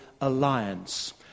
Alliance